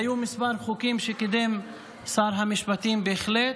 והיו מספר חוקים שקידם שר המשפטים, בהחלט,